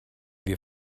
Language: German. wir